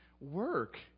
work